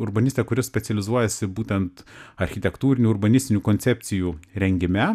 urbanistė kuri specializuojasi būtent architektūrinių urbanistinių koncepcijų rengime